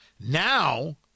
Now